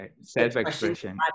self-expression